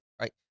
Right